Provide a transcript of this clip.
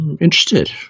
interested